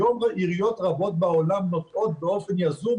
היום עיריות רבות בעולם נוטעות באופן יזום,